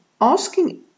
asking